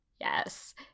Yes